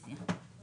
רוויזיה.